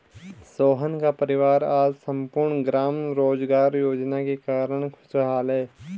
सोहन का परिवार आज सम्पूर्ण ग्राम रोजगार योजना के कारण खुशहाल है